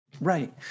Right